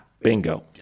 Bingo